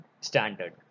standard